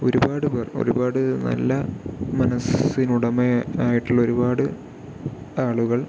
ഒരുപാട് പേർ ഒരുപാട് നല്ല മനസ്സിനുടമയായിട്ടുള്ള ഒരുപാട് ആളുകൾ